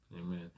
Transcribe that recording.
Amen